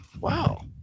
wow